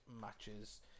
matches